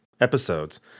episodes